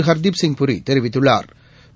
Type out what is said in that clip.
ஹர்தீப் சிங் பூரி தெரிவித்துள்ளாா்